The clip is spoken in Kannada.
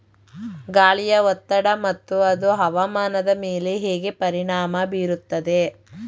ಗಾಳಿಯ ಒತ್ತಡ ಮತ್ತು ಅದು ಹವಾಮಾನದ ಮೇಲೆ ಹೇಗೆ ಪರಿಣಾಮ ಬೀರುತ್ತದೆ?